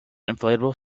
inflatable